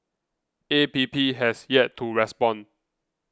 A P P has yet to respond